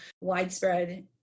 widespread